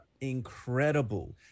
incredible